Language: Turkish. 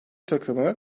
takımı